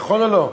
נכון או לא?